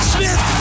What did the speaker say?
Smith